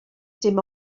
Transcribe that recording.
dim